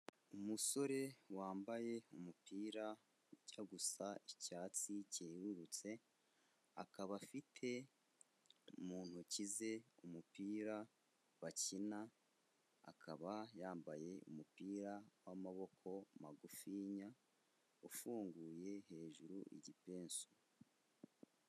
Umusore wambaye umupira ujya gusa icyatsi cyerurutse, akaba afite mu ntoki ze umupira bakina, akaba yambaye umupira w'amaboko magufiya, ufunguye hejuru igipesu.